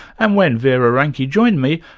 and when vera ranki joined me,